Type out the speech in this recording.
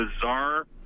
bizarre